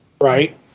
Right